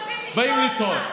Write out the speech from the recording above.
באים לצעוק.